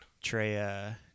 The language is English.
Trey